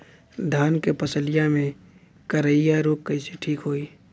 धान क फसलिया मे करईया रोग कईसे ठीक होई?